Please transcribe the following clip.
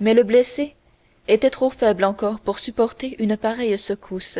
mais le blessé était trop faible encore pour supporter une pareille secousse